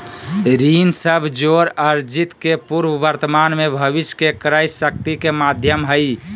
ऋण सब जोड़ अर्जित के पूर्व वर्तमान में भविष्य के क्रय शक्ति के माध्यम हइ